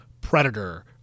predator